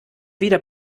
wieder